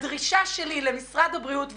הדרישה שלי למשרד הבריאות ולמד"א,